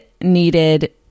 needed